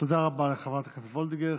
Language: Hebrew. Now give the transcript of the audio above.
תודה רבה לחברת הכנסת וולדיגר.